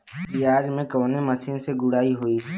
प्याज में कवने मशीन से गुड़ाई होई?